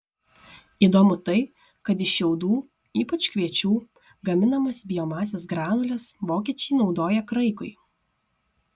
įdomu tai kad iš šiaudų ypač kviečių gaminamas biomasės granules vokiečiai naudoja kraikui